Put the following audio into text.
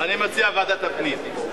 אני קובע שהצעת חוק הגשת דוחות על-ידי מפלגות (תיקוני חקיקה),